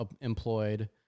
employed